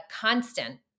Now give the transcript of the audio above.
constant